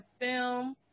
film